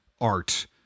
art